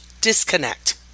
disconnect